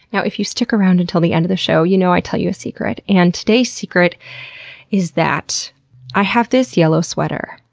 now, if you stick around until the end of the show, you know i tell you a secret. and today's secret is that i have this yellow sweater.